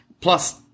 Plus